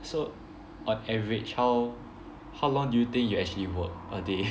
so on average how how long do you think you actually work a day